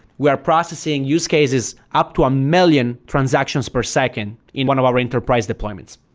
we are processing use cases up to a million transactions per second in one of our enterprise deployments.